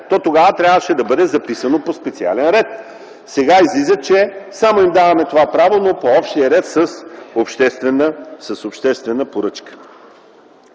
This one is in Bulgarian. то тогава трябваше да бъде записано – по специален ред. Сега излиза, че само им даваме това право, но по общия ред с обществена поръчка.